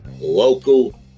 local